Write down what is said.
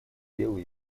делу